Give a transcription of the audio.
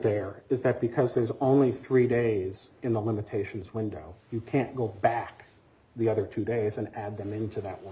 there is that because there's only three days in the limitations window you can't go back the other two days and add them into that one